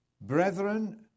brethren